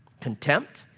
Contempt